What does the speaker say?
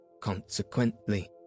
consequently